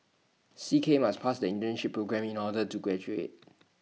C K must pass the internship programme in order to graduate